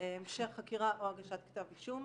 המשך חקירה או הגשת כתב אישום.